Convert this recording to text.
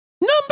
Number